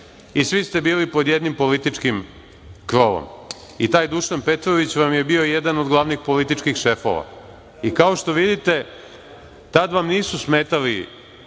i svi ste bili pod jednim političkim krovom i taj Dušan Petrović vam je bio jedan od glavnih političkih šefova.I kao što vidite, tad vam nisu smetali